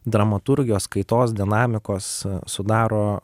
dramaturgijos kaitos dinamikos sudaro